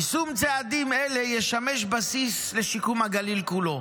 יישום צעדים אלה ישמש בסיס לשיקום הגליל כולו,